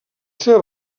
seva